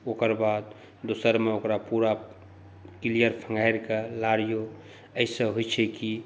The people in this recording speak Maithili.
ओकर बाद दोसरमे ओकरा पुरा क्लियर खघाड़िकऽ लाड़िऔ एहिसँ होइ छै कि